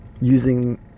using